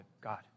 God